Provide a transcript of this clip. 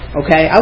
okay